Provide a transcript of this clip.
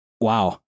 Wow